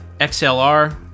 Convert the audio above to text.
XLR